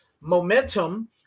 Momentum